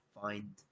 find